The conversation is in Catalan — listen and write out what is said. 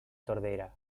tordera